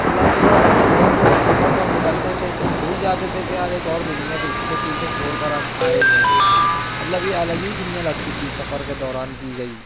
مطلب جب ہم سفر کے سفر پر نکلتے تھے تو بھول جاتے کہ یار ایک اور دنیا پیچھے پیچھے چھوڑ کر ہم آئے ہوئے ہیں مطلب یہ الگ ہی دنیا لگتی تھی سفر کے دوران کی گئی